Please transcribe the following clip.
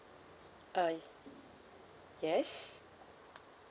uh yes